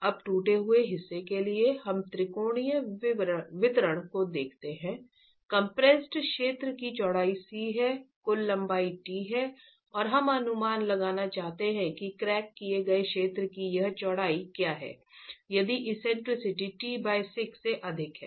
अब टूटे हुए हिस्से के लिए हम त्रिकोणीय वितरण को देखते हैं कंप्रेस्ड क्षेत्र की चौड़ाई c है कुल लंबाई t है और हम अनुमान लगाना चाहते हैं कि क्रैक किए गए क्षेत्र की यह चौड़ाई क्या है यदि एक्सेंट्रिसिटी t6 से अधिक है